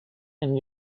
and